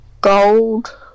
gold